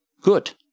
good